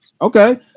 Okay